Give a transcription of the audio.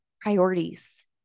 priorities